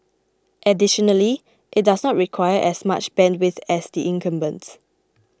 additionally it does not require as much bandwidth as the incumbents